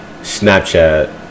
Snapchat